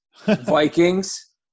Vikings